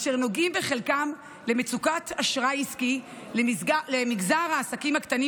אשר נוגעים בחלקם למצוקת אשראי עסקי למגזר העסקים הקטנים